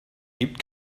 gibt